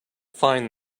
find